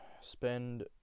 spend